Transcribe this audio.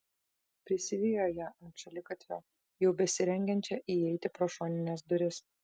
prisivijo ją ant šaligatvio jau besirengiančią įeiti pro šonines duris